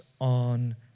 on